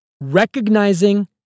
recognizing